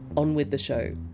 on with the show